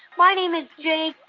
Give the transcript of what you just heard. my name is jake.